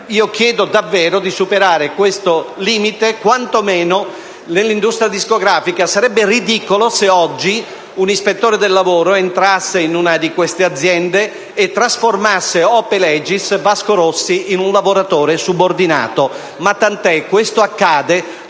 Chiedo davvero di superare questo limite, quanto meno nell'industria discografica. Sarebbe ridicolo se oggi un ispettore del lavoro entrasse in una di queste aziende e trasformasse *ope legis* Vasco Rossi in un lavoratore subordinato. Ma tant'è: questo accade